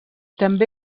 també